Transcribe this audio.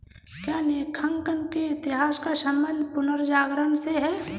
क्या लेखांकन के इतिहास का संबंध पुनर्जागरण से है?